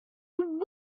went